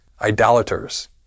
idolaters